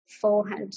forehead